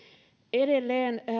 edelleen